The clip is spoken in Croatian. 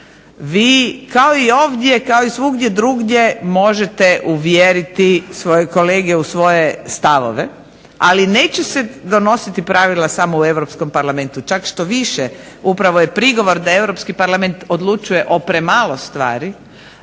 vi kao i ovdje kao i svugdje drugdje možete uvjeriti svoje kolege u svoje stavove, ali neće se donositi pravila samo u Europskom parlamentu čak štoviše upravo je prigovor da Europski parlament odlučuje o premalo stvari,